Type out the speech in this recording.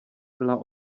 byla